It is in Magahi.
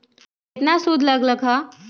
केतना सूद लग लक ह?